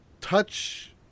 touch